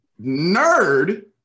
nerd